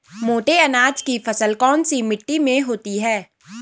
मोटे अनाज की फसल कौन सी मिट्टी में होती है?